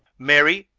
mary,